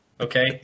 okay